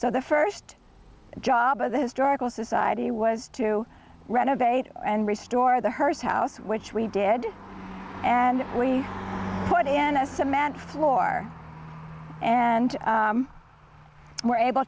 so the first job of the historical society was to renovate and restore the hearst house which we did and we put in a cement floor and were able